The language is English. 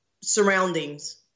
surroundings